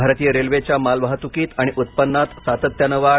भारतीय रेल्वेच्या मालवाहतुकीत आणि उत्पन्नात सातत्याने वाढ